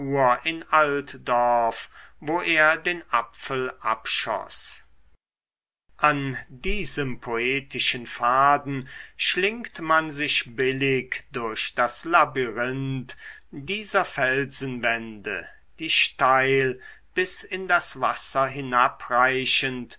in altdorf wo er den apfel abschoß an diesem poetischen faden schlingt man sich billig durch das labyrinth dieser felsenwände die steil bis in das wasser